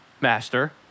master